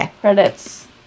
credits